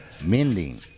mending